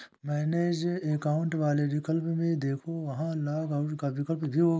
manage account वाले विकल्प में देखो, वहां लॉग आउट का विकल्प भी होगा